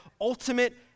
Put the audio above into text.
ultimate